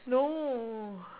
no